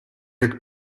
jak